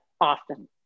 often